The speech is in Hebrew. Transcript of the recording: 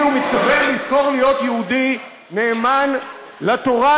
הוא מדבר על לזכור להיות יהודי נאמן לתורה,